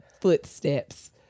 footsteps